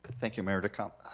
thank you mayor redekop.